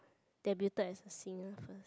debuted as a singer first